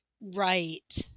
Right